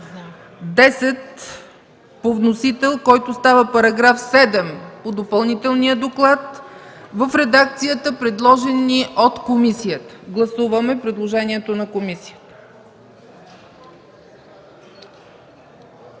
10 по вносител, който става § 7 по Допълнителния доклад в редакцията, предложена от комисията. Гласуваме предложението на комисията.